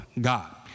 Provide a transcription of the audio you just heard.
God